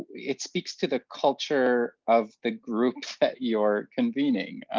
it speaks to the culture of the groups that you're convening.